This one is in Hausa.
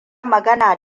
magana